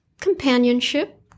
companionship